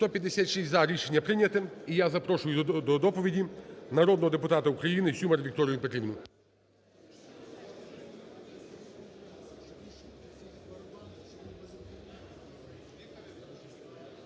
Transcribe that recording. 156 – за. Рішення прийняте. І я запрошую до доповіді народного депутата УкраїниСюмар Вікторію Петрівну.